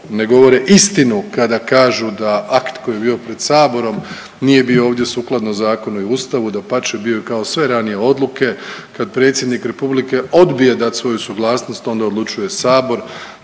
ne govore istinu kada kažu da akt koji je bio pred Saborom nije bio ovdje sukladno zakonu i Ustavu, dapače bio je kao i sve ranije odluke. Kad predsjednik Republike odbije dat svoju suglasnost onda odlučuje Sabor,